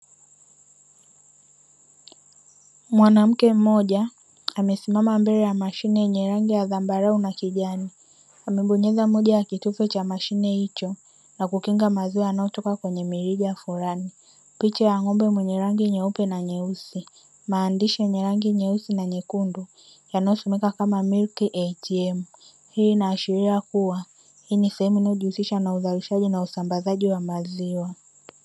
Mwanamke mmoja amesimama mbele ya mashine yenye rangi ya dhambarau na kijani, amebonyeza moja ya kitufe cha mashine hicho na kukinga maziwa yanayotoka kwenye mirija fulani. Picha ya ng'ombe mwenye rangi nyeupe na nyeusi, maandishi yenye rangi nyeusi na nyekundu yanayosomeka kama "MILK ATM"; hii inaashiria kuwa hii ni sehemu inayojihusisha na uzalishaji na usambazaji wa maziwa.